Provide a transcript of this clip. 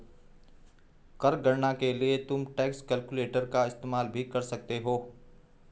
कर गणना के लिए तुम टैक्स कैलकुलेटर का इस्तेमाल भी कर सकते हो